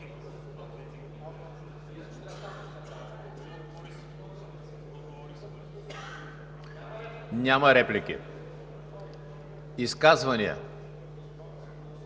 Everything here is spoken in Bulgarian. Няма реплики. Изказвания?